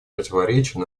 противоречия